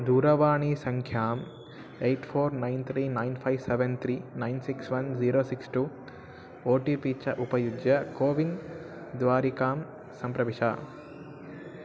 दूरवाणीसङ्ख्याम् eight four nine three nine five seven three nine six one zero six two O T P च उपयुज्य CoWIN द्वारिकां सम्प्रविश